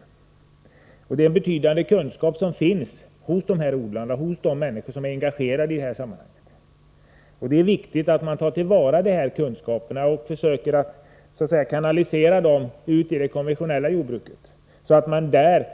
Dessa odlare har betydande kunskaper. Det gäller även andra människor som är engagerade i detta sammanhang. Det är viktigt att de här kunskaperna tas till vara och att man försöker så att säga kanalisera ut kunskaperna i det konventionella jordbruket. På det sättet